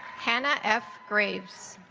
hanna f graves